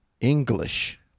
English